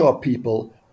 people